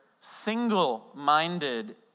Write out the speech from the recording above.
single-minded